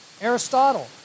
Aristotle